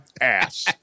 ass